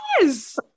Yes